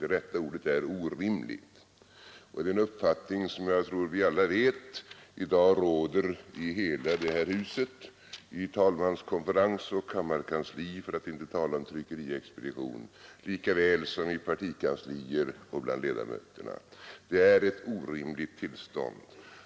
Det rätta ordet är orimlig, och det är en uppfattning som jag tror att vi alla vet råder i dag i det här huset: vid talmanskonferens och kammarkansli för att inte tala om tryckeriexpedition lika väl som i partikanslier och bland ledamöter. Det är ett orimligt tillstånd.